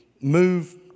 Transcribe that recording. move